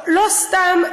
לא סתם,